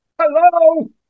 Hello